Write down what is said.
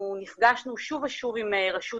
נפגשנו שוב ושוב עם רשות